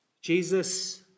Jesus